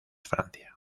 francia